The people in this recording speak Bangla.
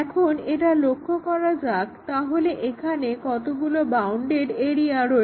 এখন এটা লক্ষ্য করা যাক তাহলে এখানে কতগুলো বাউন্ডেড এরিয়া রয়েছে